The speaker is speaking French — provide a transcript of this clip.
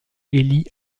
heli